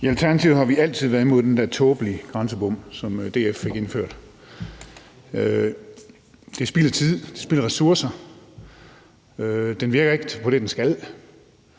I Alternativet har vi altid været imod den der tåbelige grænsebom, som DF fik indført. Det er spild af tid. Det er spild af ressourcer. Den virker ikke til det, den skal.